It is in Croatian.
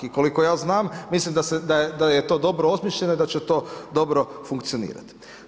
I koliko ja znam mislim da je to dobro osmišljeno i da će to dobro funkcionirati.